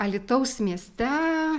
alytaus mieste